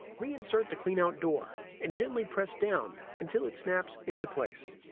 reinsert the cleanout door and gently press down until it snaps into place.